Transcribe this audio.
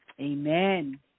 Amen